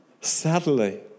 Sadly